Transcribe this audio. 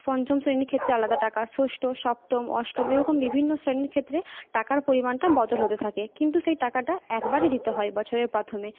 পঞ্চম শ্রেণির ক্ষেত্রে আলাদা টাকা ষষ্ঠ সপ্তম অষ্টম এরকম বিভিন্ন শ্রেণির ক্ষেত্রে টাকার পরিমাণটা বদল হতে থাকে কিন্তু সেই টাকাটা একবারই দিতে হয় বছরের প্রথমে